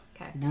Okay